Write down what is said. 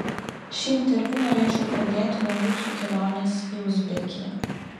šį interviu norėčiau pradėti nuo jūsų kelionės į uzbekiją